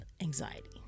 anxiety